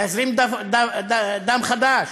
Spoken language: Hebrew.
להזרים דם חדש.